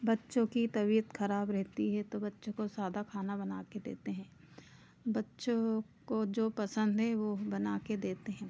बच्चों की तबियत ख़राब रहती है तो बच्चों को सादा खाना बना के देते हैं बच्चों को जो पसंद है वह बना के देते हैं